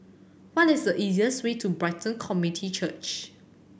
what is the easiest way to Brighton Community Church